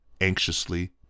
anxiously